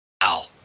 Ow